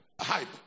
hype